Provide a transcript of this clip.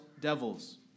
devils